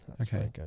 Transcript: Okay